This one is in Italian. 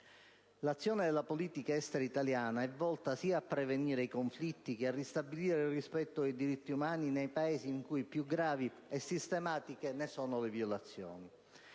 L'azione della politica estera italiana è volta sia a prevenire i conflitti che a ristabilire il rispetto dei diritti umani nei Paesi in cui più gravi e sistematiche sono le violazioni.